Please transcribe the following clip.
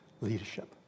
leadership